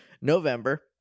November